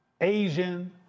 Asian